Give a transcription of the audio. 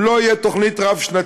אם לא תהיה תוכנית רב-שנתית,